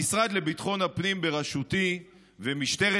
המשרד לביטחון הפנים בראשותי ומשטרת